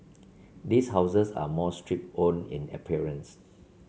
these houses are more stripped own in appearance